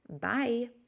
Bye